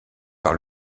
par